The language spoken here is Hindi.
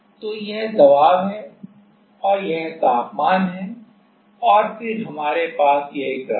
तो यह दबाव है और यह तापमान है और फिर हमारे पास यह ग्राफ है